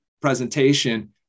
presentation